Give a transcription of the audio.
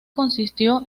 consistió